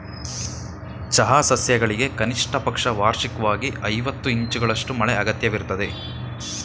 ಚಹಾ ಸಸ್ಯಗಳಿಗೆ ಕನಿಷ್ಟಪಕ್ಷ ವಾರ್ಷಿಕ್ವಾಗಿ ಐವತ್ತು ಇಂಚುಗಳಷ್ಟು ಮಳೆ ಅಗತ್ಯವಿರ್ತದೆ